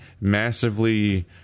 massively